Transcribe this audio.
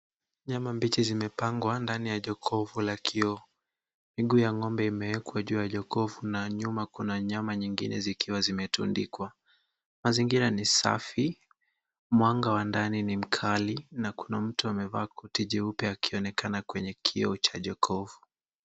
Nyama mbichi zimepangwa ndani ya jokovu la kioo. Miguu ya ng'ombe imeekwa juu ya jokovu na nyuma kuna nyama nyingine zikiwa zimetundikwa. Mazingira ni safi. Mwanga wa ndani ni mkali, na kuna mtu amevaa koti jeupe akionekana kwenye kioo cha jokovu.